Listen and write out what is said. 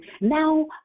Now